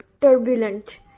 turbulent